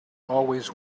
always